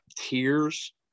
tears